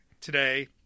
today